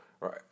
right